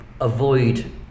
avoid